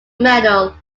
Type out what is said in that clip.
medal